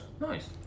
Nice